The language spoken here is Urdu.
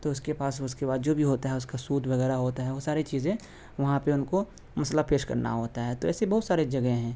تو اس کے پاس اس کے بعد جو بھی ہوتا ہے اس کا سود وغیرہ ہوتا ہے وہ ساری چیزیں وہاں پہ ان کو مسئلہ پیش کرنا ہوتا ہے تو ایسے بہت سارے جگہیں ہیں